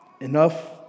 Enough